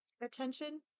attention